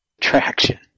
traction